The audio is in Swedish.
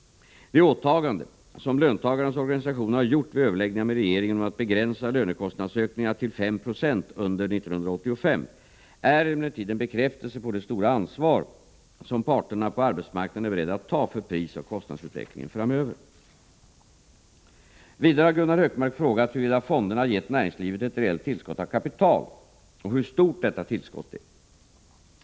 Det åtagande som löntagarnas organisationer har gjort vid överläggningar med regeringen om att begränsa lönekostnadsökningarna till 5 96 under 1985 är emellertid en bekräftelse på det stora ansvar som parterna på arbetsmarknaden är beredda att ta för prisoch kostnadsutvecklingen framöver. Vidare har Gunnar Hökmark frågat huruvida fonderna gett näringslivet ett reellt tillskott av kapital och hur stort detta tillskott är.